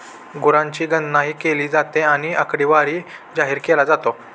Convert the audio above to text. गुरांची गणनाही केली जाते आणि आकडेवारी जाहीर केला जातो